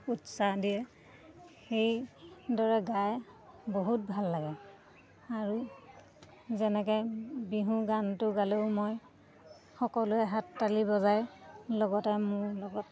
উৎসাহ দিয়ে সেইদৰে গাই বহুত ভাল লাগে আৰু যেনেকৈ বিহু গানটো গালেও মই সকলোৱে হাত তালি বজাই লগতে মোৰ লগত